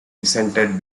resented